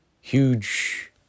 huge